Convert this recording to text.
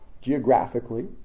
geographically